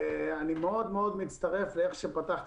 אני מאוד מאוד מצטרף לצורה שבה פתחת